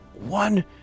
one